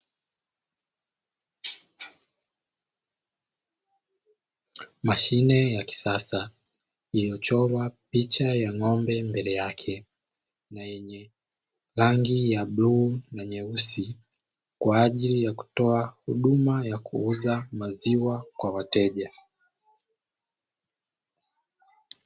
Mashine ya kisasa iliyochorwa picha ya ng'ombe mbele yake na yenye rangi ya bluu na nyeusi kwa ajili ya kutoa huduma ya kuuza maziwa kwa wateja.